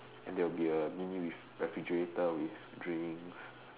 then there will be a mini refrigerator with drinks